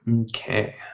Okay